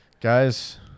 Guys